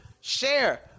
Share